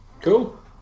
cool